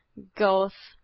goethe,